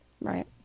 Right